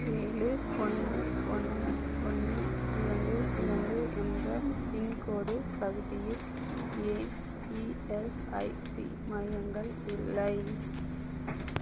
ஏழு ஒன்று ஒன்று ஒன்று இரண்டு இரண்டு என்ற பின்கோடு பகுதியில் ஏன் இஎஸ்ஐசி மையங்கள் இல்லை